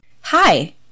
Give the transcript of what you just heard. Hi